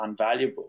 unvaluable